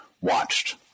watched